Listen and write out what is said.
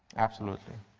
absolutely.